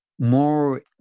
more